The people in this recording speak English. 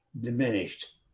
diminished